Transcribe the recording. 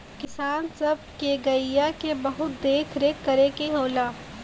किसान सब के गइया के बहुत देख रेख करे के होला